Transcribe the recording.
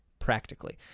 practically